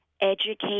educate